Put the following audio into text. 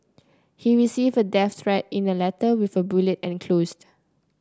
he received a death threat in a letter with a bullet enclosed